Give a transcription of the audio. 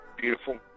beautiful